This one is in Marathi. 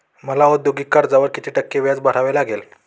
मला औद्योगिक कर्जावर किती टक्के व्याज भरावे लागेल?